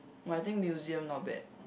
!wah! I think museum not bad